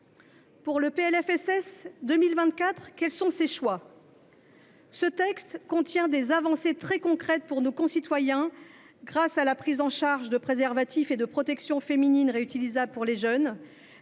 Premièrement, ce texte contient des avancées très concrètes pour nos concitoyens grâce à la prise en charge des préservatifs et des protections féminines réutilisables pour les jeunes,